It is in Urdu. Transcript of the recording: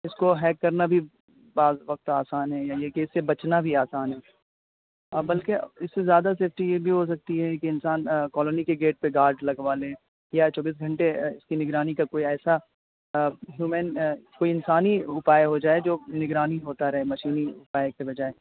اس کو ہیک کرنا بھی بعض وقت آسان ہے یعنی کہ اس سے بچنا بھی آسان ہے اب بلکہ اس سے زیادہ سیفٹی یہ بھی ہو سکتی ہے کہ انسان کالونی کے گیٹ پہ گارڈ لگوا لے یا چوبیس گھنٹے اس کی نگرانی کا کوئی ایسا ہیومن کوئی انسانی اپائے ہو جائے جو نگرانی ہوتا رہے مشینی اپائے کے بجائے